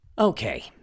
Okay